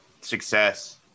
success